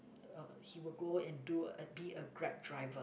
uh he will go and do uh be a Grab driver